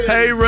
Hey